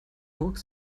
mucks